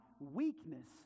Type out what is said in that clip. weakness